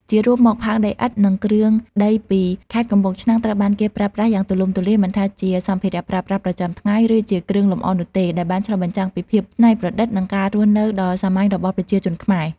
ជារួមមកផើងដីឥដ្ឋ និងគ្រឿងដីពីខេត្តកំពង់ឆ្នាំងត្រូវបានគេប្រើប្រាស់យ៉ាងទូលំទូលាយ មិនថាជាសម្ភារៈប្រើប្រាស់ប្រចាំថ្ងៃ ឬជាគ្រឿងលម្អនោះទេ ដែលបានឆ្លុះបញ្ចាំងពីភាពច្នៃប្រឌិត និងការរស់នៅដ៏សាមញ្ញរបស់ប្រជាជនខ្មែរ។